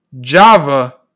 Java